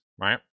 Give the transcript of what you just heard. Right